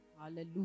Hallelujah